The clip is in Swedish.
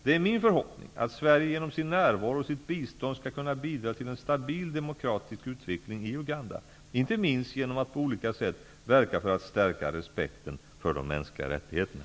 Det är min förhoppning att Sverige genom sin närvaro och sitt bistånd skall kunna bidra till en stabil demokratisk utveckling i Uganda, inte minst genom att på olika sätt verka för att stärka respekten för de mänskliga rättigheterna.